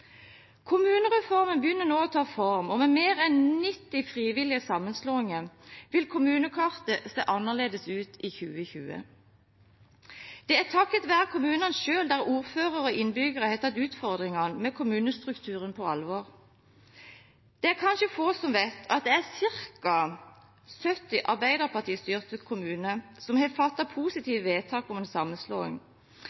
Kommunereformen begynner nå å ta form, og med mer enn 90 frivillige sammenslåinger vil kommunekartet se annerledes ut i 2020. Det er takket være kommunene selv, der ordførere og innbyggere har tatt utfordringene med kommunestrukturen på alvor. Det er kanskje få som vet at det er ca. 70 Arbeiderparti-styrte kommuner som har